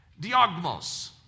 Diogmos